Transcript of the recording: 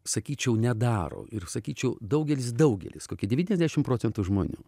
sakyčiau nedaro ir sakyčiau daugelis daugelis kokie devyniasdešimt procentų žmonių